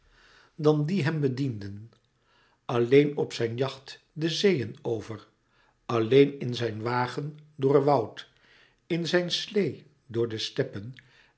dan die hem bedienden alleen op zijn yacht de zeeën over alleen in zijn wagen door woud in zijn sleê door de steppen